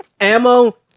ammo